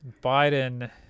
biden